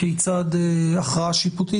כיצד הכרעה שיפוטית,